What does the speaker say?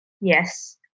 Yes